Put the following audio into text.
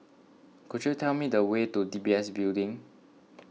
could you tell me the way to D B S Building